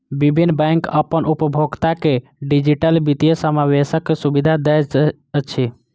विभिन्न बैंक अपन उपभोगता के डिजिटल वित्तीय समावेशक सुविधा दैत अछि